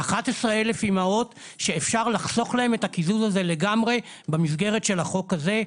11,000 אימהות שאפשר לחסוך להן את הקיזוז הזה לגמרי במסגרת של החוק הזה.